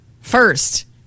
First